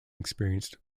experienced